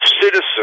citizen